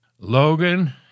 Logan